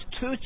two